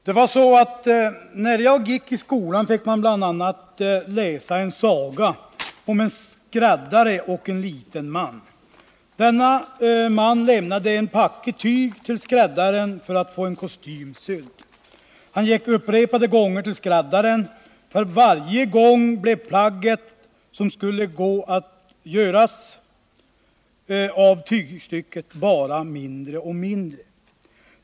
Herr talman! När jag gick i skolan fick vi bl.a. läsa en saga om en skräddare och en liten man. Denne man lämnade en packe tyg till skräddaren för att få en kostym sydd. Han gick upprepade gånger till skräddaren — för varje gång blev plagget som det skulle gå att göra av tygstycket bara mindre.